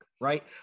Right